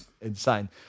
insane